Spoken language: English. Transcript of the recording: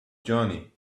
johnny